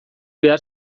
behar